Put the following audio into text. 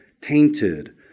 tainted